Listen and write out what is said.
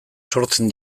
sortzen